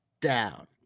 Down